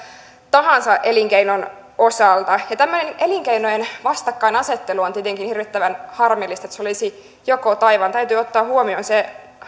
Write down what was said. tahansa elinkeinon osalta ja tämmöinen elinkeinojen vastakkainasettelu on tietenkin hirvittävän harmillista että se olisi joko tai vaan täytyy ottaa huomioon se